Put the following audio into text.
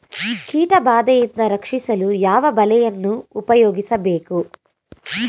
ಕೀಟಬಾದೆಯಿಂದ ರಕ್ಷಿಸಲು ಯಾವ ಬಲೆಯನ್ನು ಉಪಯೋಗಿಸಬೇಕು?